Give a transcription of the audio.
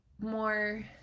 more